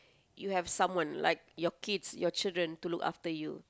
you have someone like your kids your children to look after you